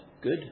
good